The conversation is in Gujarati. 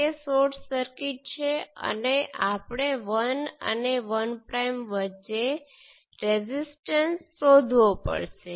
તેથી Z11 આ ક્વોન્ટિટિ છે અને Z21 તે ક્વોન્ટિટિ છે